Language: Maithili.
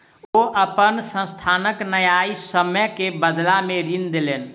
ओ अपन संस्थानक न्यायसम्य के बदला में ऋण लेलैन